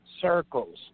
circles